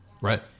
Right